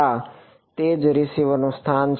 હા તે જ રીસીવરનું સ્થાન છે